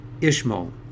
Ishmael